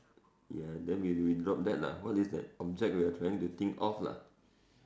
ya than we we drop that lah what is that object we're trying to think of lah